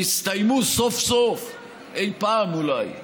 יסתיימו סוף-סוף אי פעם אולי,